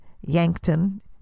Yankton